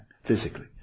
physically